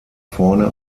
vorne